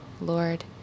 Lord